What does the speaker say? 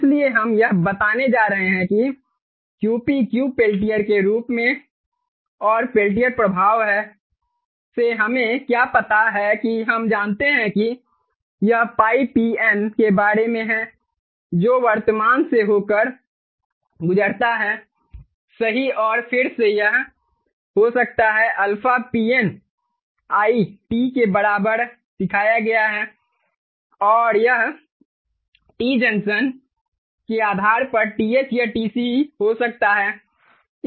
इसलिए हम यह बताने जा रहे हैं कि QP Q पेल्टियर के रूप में और पेल्टियर प्रभाव से हमें क्या पता है कि हम जानते हैं कि यह 𝜋P N के बराबर है जो वर्तमान से होकर गुजरता है सही और फिर से यह हो सकता है αP N I T के बराबर दिखाया गया है और यह T जंक्शन के आधार पर TH या TC हो सकता है